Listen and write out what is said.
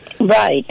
Right